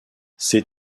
ces